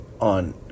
on